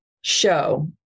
show